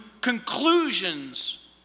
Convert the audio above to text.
conclusions